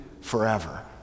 forever